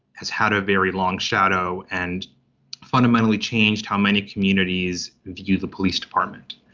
has had a very long shadow and fundamentally changed how many communities view the police department.